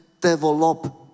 develop